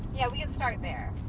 yeah, we can start there